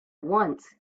once